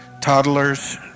toddlers